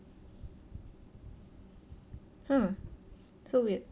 !huh! so weird